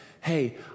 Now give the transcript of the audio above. Hey